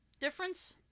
difference